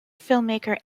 filmmaker